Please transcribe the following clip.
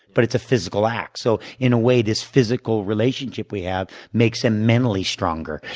but it's a physical act. so in a way, this physical relationship we have makes them mentally stronger,